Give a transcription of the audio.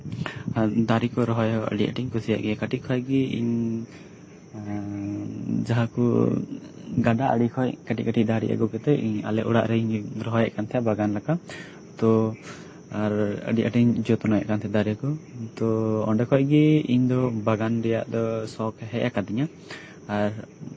ᱟᱨ ᱫᱟᱨᱮ ᱠᱚ ᱨᱚᱦᱚᱭ ᱦᱚᱸ ᱟᱹᱰᱤ ᱟᱸᱴᱤᱧ ᱠᱩᱥᱤᱭᱟᱜ ᱜᱮᱭᱟ ᱠᱟᱹᱴᱤᱡ ᱠᱷᱚᱱ ᱜᱮ ᱤᱧ ᱮᱫ ᱡᱟᱦᱟᱸ ᱠᱚ ᱜᱟᱰᱟ ᱟᱲᱮ ᱠᱷᱚᱱ ᱠᱟᱹᱴᱤᱡ ᱠᱟᱹᱴᱤᱡ ᱫᱟᱨᱮ ᱠᱚ ᱟᱹᱜᱩ ᱠᱟᱛᱮᱫ ᱤᱧ ᱟᱞᱮ ᱚᱲᱟᱜ ᱨᱤᱧ ᱨᱚᱦᱚᱭᱮᱫ ᱠᱟᱱ ᱛᱟᱦᱮᱸᱫ ᱵᱟᱜᱟᱱ ᱞᱮᱠᱟ ᱛᱚ ᱟᱨ ᱟᱹᱰᱤ ᱟᱹᱴᱤᱧ ᱡᱚᱛᱱᱚᱭᱮᱫ ᱛᱟᱦᱮᱸᱫ ᱫᱟᱨᱮ ᱠᱚ ᱛᱚ ᱚᱸᱰᱮ ᱠᱷᱚᱱ ᱜᱮ ᱤᱧ ᱫᱚ ᱵᱟᱜᱟᱱ ᱨᱮᱭᱟᱜ ᱫᱚ ᱥᱚᱠᱷ ᱦᱮᱡ ᱟᱠᱟᱫᱤᱧᱟ ᱟᱨ